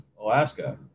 Alaska